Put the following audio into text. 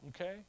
Okay